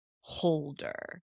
holder